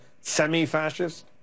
semi-fascist